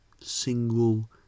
single